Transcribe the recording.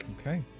Okay